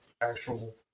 actual